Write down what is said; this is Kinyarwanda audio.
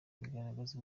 bigaragaza